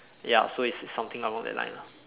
ya so it's something along that line lah